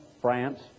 France